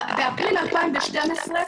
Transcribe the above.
באפריל 2012,